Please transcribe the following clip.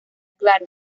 claro